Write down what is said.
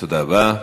תודה רבה.